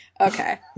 Okay